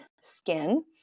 skin